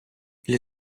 для